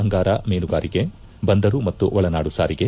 ಆಂಗಾರ ಮೀನುಗಾರಿಕೆ ಬಂದರು ಮತ್ತು ಒಳನಾಡು ಸಾರಿಗೆ